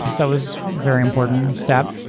so it was a very important step.